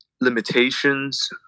limitations